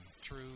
true